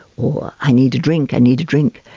or i need a drink, i need a drink',